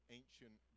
ancient